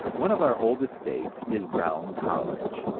one of our oldest states, is brown college,